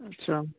अच्छा